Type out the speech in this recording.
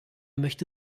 möchte